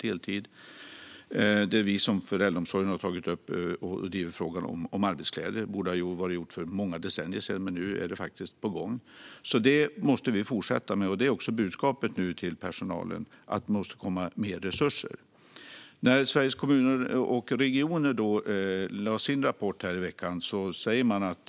Det är vi som har tagit upp och drivit frågan om arbetskläder i äldreomsorgen. Detta borde ha gjorts för många decennier sedan, men nu är det faktiskt på gång. Vi måste fortsätta med detta, och budskapet till personalen är att det måste komma mer resurser. Sveriges Kommuner och Regioner lade fram sin rapport i veckan. De säger att